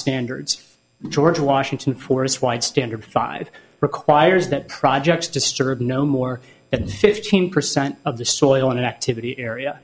standards george washington forest wide standard five requires that projects disturb no more than fifteen percent of the soil in an activity area